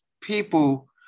people